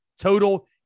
total